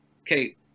Okay